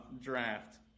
Draft